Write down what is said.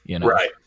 Right